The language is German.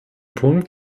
punkt